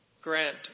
Grant